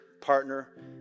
partner